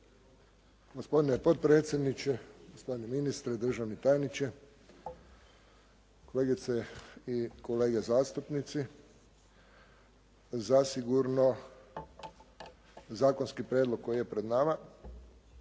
Gospodine potpredsjedniče, gospodine ministre, državni tajniče, kolegice i kolege zastupnici. Zasigurno zakonski prijedlog koji je pred nama